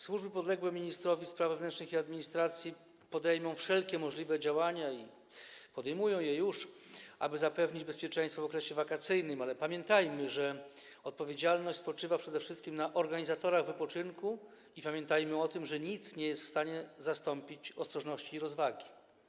Służby podległe ministrowi spraw wewnętrznych i administracji podejmą i już podejmują wszelkie możliwe działania, aby zapewnić bezpieczeństwo w okresie wakacyjnym, ale pamiętajmy, że odpowiedzialność spoczywa przede wszystkim na organizatorach wypoczynku, i pamiętajmy o tym, że nic nie jest w stanie zastąpić ostrożności i rozwagi.